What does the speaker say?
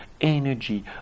energy